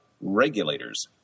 regulators